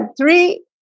three